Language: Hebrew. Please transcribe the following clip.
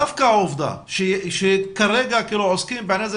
דווקא העובדה שכרגע עוסקים בעניין הזה